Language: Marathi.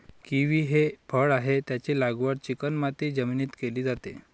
किवी हे फळ आहे, त्याची लागवड चिकणमाती जमिनीत केली जाते